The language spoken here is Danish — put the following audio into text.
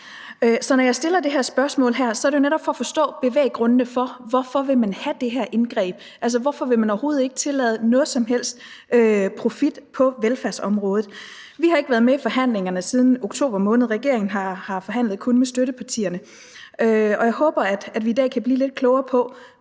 Så når jeg stiller det her spørgsmål, er det jo netop for at forstå bevæggrundene for, hvorfor man vil have det her indgreb. Altså, hvorfor vil man overhovedet ikke tillade noget som helst profit på velfærdsområdet? Vi har ikke været med i forhandlingerne siden oktober måned, regeringen har kun forhandlet med støttepartierne, og jeg håber, at vi i dag kan blive lidt klogere på,